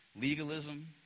legalism